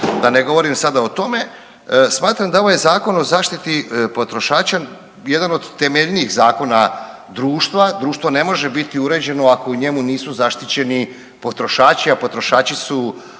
da ne govorim sada o tome. Smatram da ovaj Zakon o zaštiti potrošača jedan od temeljnijih zakona društva. Društvo ne može biti uređeno ako u njemu nisu zaštićeni potrošači, a potrošači su